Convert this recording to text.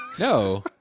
No